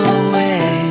away